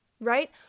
right